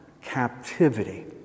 captivity